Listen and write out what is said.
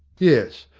yes,